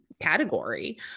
category